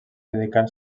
dedicar